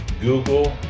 Google